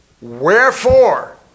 Wherefore